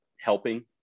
helping